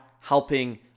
helping